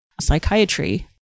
psychiatry